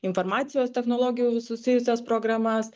informacijos technologijų susijusias programas